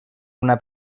una